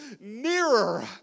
nearer